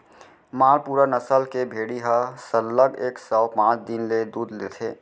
मालपुरा नसल के भेड़ी ह सरलग एक सौ पॉंच दिन ले दूद देथे